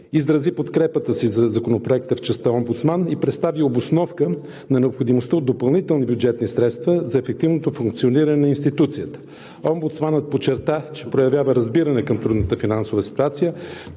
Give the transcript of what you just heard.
изрази подкрепата си за Законопроекта в частта „Омбудсман“ и представи обосновка на необходимостта от допълнителни бюджетни средства за ефективното функциониране на институцията. Омбудсманът подчерта, че проявява разбиране към трудната финансова ситуация,